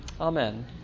Amen